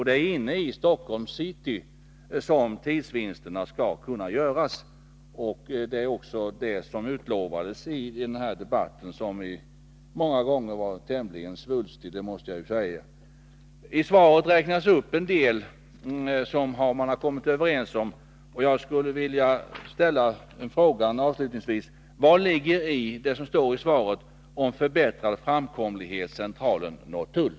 Det är inne i Stockholms city som tidsvinsterna skall kunna göras, och det är också det som utlovades i den här debatten, som många gånger varit tämligen svulstig — det måste jag säga. I svaret räknar kommunikationsministern upp en del som man kommit överens om. Jag skulle avslutningsvis vilja ställa frågan: Vad ligger i det som sägs i svaret om förbättrad framkomlighet Centralen-Norrtull?